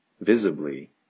visibly